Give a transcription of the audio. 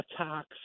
attacks